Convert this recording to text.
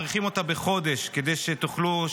מאריכים אותה בחודש כדי שתוכלו,